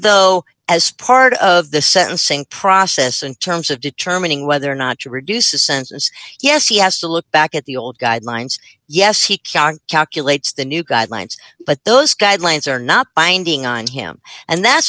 though as part of the sentencing process in terms of determining whether or not to reduce a census yes he has to look back at the old guidelines yes he calculates the new guidelines but those guidelines are not binding on him and that's